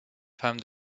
femmes